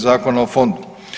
Zakona o fondu.